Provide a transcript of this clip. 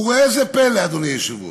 וראה זה פלא, אדוני היושב-ראש,